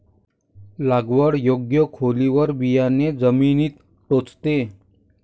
लागवड योग्य खोलीवर बियाणे जमिनीत टोचते